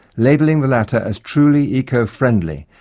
labelling the latter as truly eco-friendly,